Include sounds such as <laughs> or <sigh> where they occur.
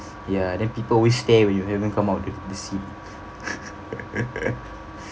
ya then people always stare when you haven't come out the seat <laughs>